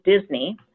Disney